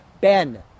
Ben